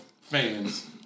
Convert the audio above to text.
fans